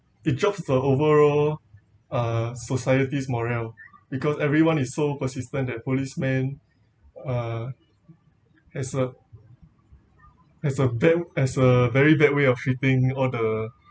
it drops the overall uh society's morale because everyone is so persistent that policeman uh as a as a bad as a very bad way of treating all the